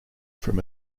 from